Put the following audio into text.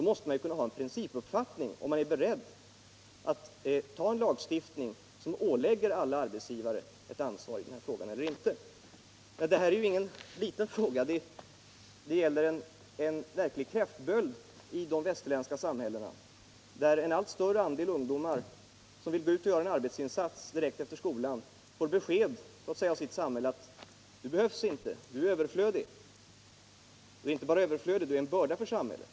Man måste ju i princip kunna ha klart för sig om man är beredd att ta en lagstiftning, som ålägger alla arbetsgivare ett ansvar i denna fråga, eller inte. Detta är ingen obetydlig fråga. Den är en verklig kräftsvulst i de västerländska samhällena, där en allt större andel ungdomar, som vill gå ut och göra en arbetsinsats direkt efter skolan, får besked från sitt samhälle att du behövs inte, du är överflödig. Du är inte bara överflödig, du är en börda för samhället.